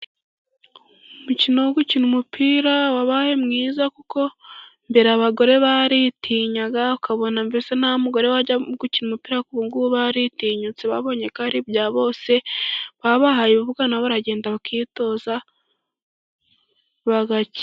Umukino wo gukina, umupira wabaye mwiza, kuko mbere abagore baritinyaga, ukabona mbese nta mugore wajya gukina umupira, arik'ubugubu baritinyutse babonye ko ari bya bose, babahaye urubuga nabo, baragenda bakitoza bagakina.